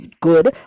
good